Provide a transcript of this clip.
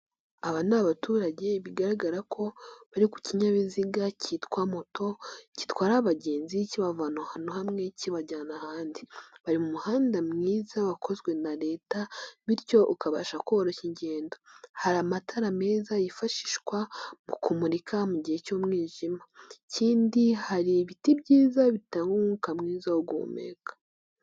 Aba ni abaturage bigaragara ko bari ku kinyabiziga cyitwa moto, gitwara abagenzi kibavana ahantu hamwe kibajyana ahandi. Bari mu muhanda mwiza wakozwe na leta bityo ukabasha koroshya ingendo. Hari amatara meza yifashishwa mu kumurika mu gihe cy'umwijima ikindi hari ibiti byiza bitanga umwuka mwiza wo guhumeka.